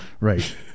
Right